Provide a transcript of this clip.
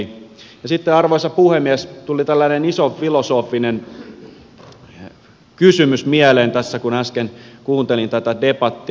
ja sitten arvoisa puhemies tuli tällainen iso filosofinen kysymys mieleen tässä kun äsken kuuntelin tätä debattia